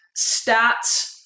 stats